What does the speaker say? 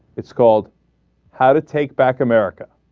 it's called how to take back america